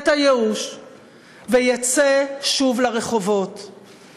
הדכדוך בצד ואת הייאוש ויצא שוב לרחובות,